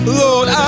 lord